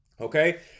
okay